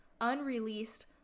unreleased